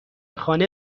خانه